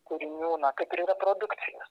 kūrinių kaip ir yra produkcijos